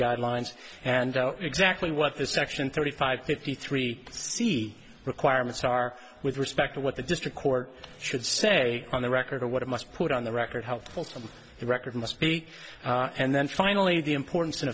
guidelines and exactly what the section thirty five fifty three c requirements are with respect to what the district court should say on the record or what it must put on the record helpful to the record must be and then finally the importance in